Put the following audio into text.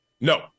No